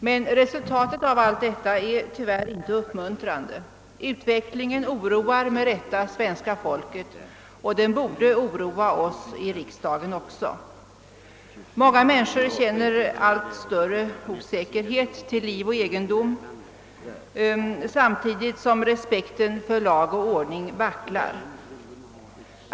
Men resultatei av allt detta är tyvärr inte uppmuntrande; utvecklingen oroar med rätta svenska folket och den borde oroa även oss i riksdagen. Människorna känner allt större osäkerhet till liv och egendom samtidigt som respekten för lag och ordning vacklar.